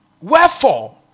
Wherefore